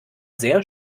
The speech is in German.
sehr